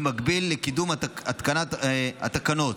במקביל לקידום התקנת התקנות.